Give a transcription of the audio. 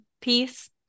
peace